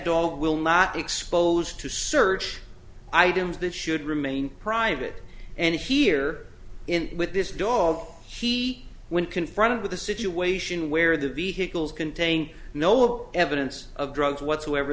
dog will not be exposed to search i don't that should remain private and here in with this dog he when confronted with a situation where the vehicles contain no evidence of drugs whatsoever